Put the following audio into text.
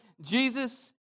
Jesus